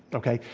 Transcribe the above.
okay?